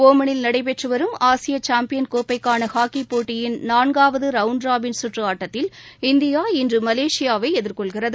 ஒமனில் நடைபெற்று வரும் ஆசிய சாம்பியன் கோப்பைக்கான ஹாக்கி போட்டியின் நான்காவது ரவுண்ட் ராபின் சுற்று ஆட்டத்தில் இந்தியா இன்று மலேசியாவை எதிர்கொள்கிறது